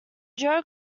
joe